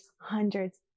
hundreds